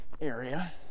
area